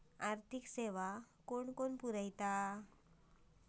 आर्थिक सेवा कोण पुरयता?